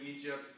Egypt